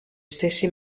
stessi